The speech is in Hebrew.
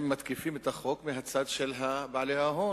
הם מתקיפים את החוק מהצד של בעלי ההון,